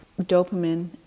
dopamine